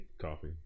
Coffee